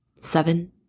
Seven